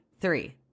three